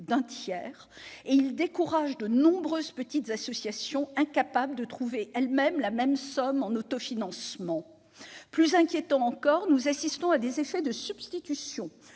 d'un tiers, mais il décourage de nombreuses petites associations, incapables de trouver elles-mêmes la même somme en autofinancement. Plus inquiétant encore, nous assistons à des effets de substitution